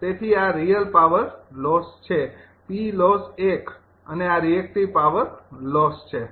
તેથી આ real power loss છે 𝑃𝑙𝑜𝑠𝑠૧ અને આ રિએક્ટિવ પાવર લોસ છે